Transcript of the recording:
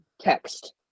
Text